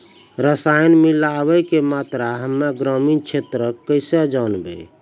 रसायन मिलाबै के मात्रा हम्मे ग्रामीण क्षेत्रक कैसे जानै?